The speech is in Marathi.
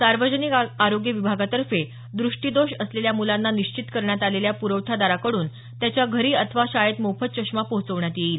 सार्वजनिक आरोग्य विभागातर्फे द्रष्टीदोष असलेल्या मुलांना निश्चित करण्यात आलेल्या प्रवठादाराकडून त्याच्या घरी अथवा शाळेत मोफत चष्मा पोहचवण्यात येईल